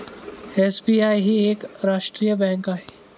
SBI ही एक राष्ट्रीय बँक आहे